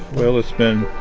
well, it's been